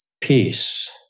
peace